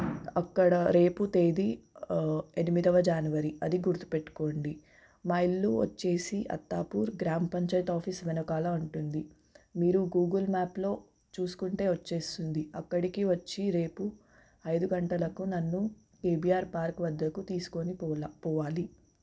అక్కడ రేపు తేదీ ఎనిమిదవ జాన్వరి అది గుర్తుపెట్టుకోండి మా ఇల్లు వచ్చేసి అత్తాపూర్ గ్రామపంచాయతీ ఆఫీస్ వెనకాల ఉంటుంది మీరు గూగుల్ మ్యాప్లో చూస్కుంటే వచ్చేస్తుంది అక్కడికి వచ్చి రేపు ఐదు గంటలకు నన్ను కేబీఆర్ పార్క్ వద్దకు తీసుకోని పోల పోవాలి